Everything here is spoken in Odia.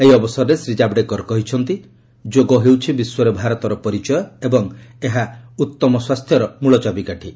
ଏହି ଅବସରରେ ଶ୍ରୀ ଜାବଡ଼େକର କହିଛନ୍ତି ଯୋଗ ହେଉଛି ବିଶ୍ୱରେ ଭାରତର ପରିଚୟ ଏବଂ ଏହା ଉତ୍ତମର ସ୍ୱାସ୍ଥ୍ୟର ମୂଳ ଚାବିକାଠି